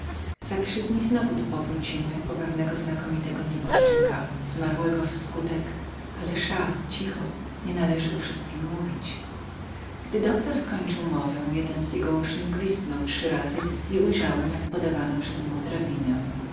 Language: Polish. za kilka dni znowu tu powrócimy po pewnego znakomitego nieboszczyka zmarłego w skutek ale sza cicho nie należy o wszystkiem głośno mówić gdy doktor skończył mowę jeden z jego uczniów gwiznął trzy razy i ujrzałem jak